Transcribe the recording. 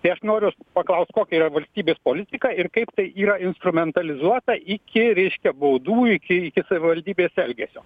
tai aš noriu paklaust kokia yra valstybės politika ir kaip tai yra instrumentalizuota iki reiškia baudų iki iki savivaldybės elgesio